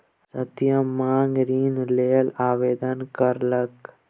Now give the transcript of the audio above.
सत्यम माँग ऋण लेल आवेदन केलकै